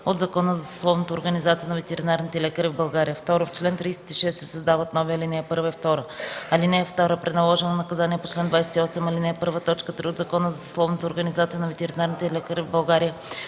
от Закона за съсловната организация на ветеринарните лекари в България”. 2. В чл. 36 се създават нови ал.1 и 2: „(1) При наложено наказание по чл. 28, ал. 1, т. 3 от Закона за съсловната организация на ветеринарните лекари в България,